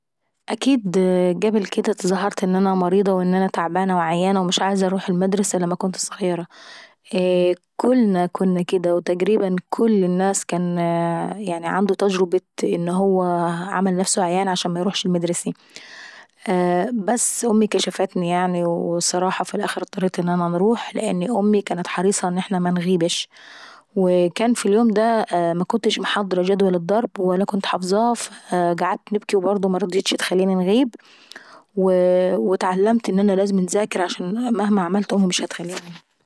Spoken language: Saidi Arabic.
اكيد قبل كديه اتظاهرت ان مرية وعيانة ومكنتش عاوزة انروح المدرسة لما كنت اظغيرة. كلنا كنا كديه وتقريبا كل الناس عننده تجربة انه عامل نفسه عيان ومش عاوز ايروح المدرسي. بس أمي كشفتني يعني والصراحة اضطريت ان انا انروح، لان امي كانت حريصة ان احنا منغيبش. وكان في اليوم دا مكنتش محضرة جدول الضرب ومكنتش حافظه وقعدت نبكي وبرضه مرضيتش تخليني انغيب, واتعلمت ان انا لازم انذاكر لاني مهما عملت امي مش هتخليني انغيب.